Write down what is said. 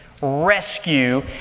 rescue